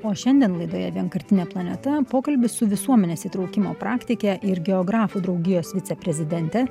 o šiandien laidoje vienkartinė planeta pokalbis su visuomenės įtraukimo praktike ir geografų draugijos viceprezidente